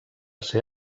ser